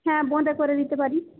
হ্যাঁ বোঁদে করে দিতে পারি